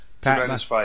Pat